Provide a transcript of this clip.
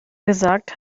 gesagt